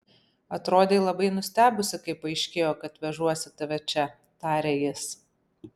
atrodei labai nustebusi kai paaiškėjo kad vežuosi tave čia tarė jis